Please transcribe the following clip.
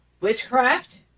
witchcraft